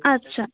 আচ্ছা